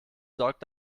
sorgt